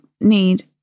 need